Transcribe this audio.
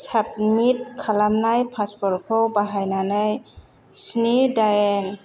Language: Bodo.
साबमिट खालामनाय पासपर्टखौ बाहायनानै स्नि दाइन